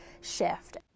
shift